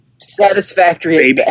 Satisfactory